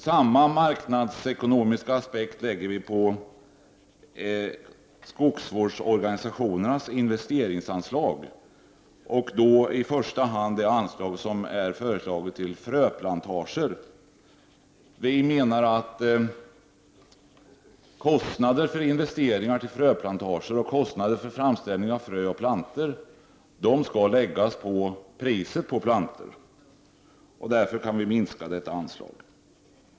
Samma marknadsekonomiska aspekter lägger vi på skogsvårdsorganisationernas investeringsanslag. Det gäller i första hand det anslag som är föreslaget till fröplantager. Vi menar att kostnader för investeringar i fröplantager och kostnader för framställning av frö och plantor skall läggas på priset på plantorna. Därför kan vi minska detta anslag.